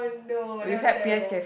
no that was terrible